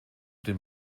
den